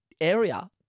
area